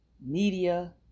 media